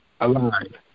alive